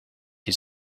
you